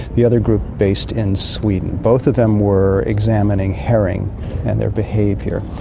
the other group based in sweden. both of them were examining herring and their behaviour.